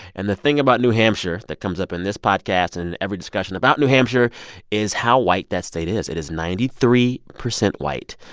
and the thing about new hampshire that comes up in this podcast and every discussion about new hampshire is how white that state is. it is ninety three percent white.